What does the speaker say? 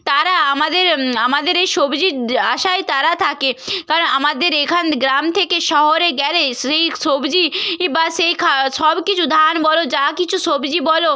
তারা আমাদের আমাদের এই সবজির আশায় তারা থাকে কারণ আমাদের এখান গ্রাম থেকে শহরে গেলে সেই সবজি ই বা সেই খা সব কিছু ধান বলো যা কিছু সবজি বলো